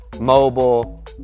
mobile